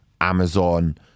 Amazon